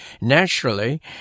Naturally